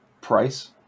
price